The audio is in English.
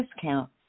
discount